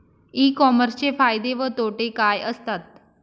E कॉमर्सचे फायदे व तोटे काय असतात?